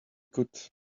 could